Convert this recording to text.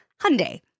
Hyundai